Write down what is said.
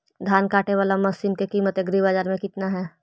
धान काटे बाला मशिन के किमत एग्रीबाजार मे कितना है?